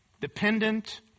dependent